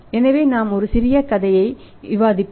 எனவே நாம் ஒரு சிறிய கதை விவாதிப்போம்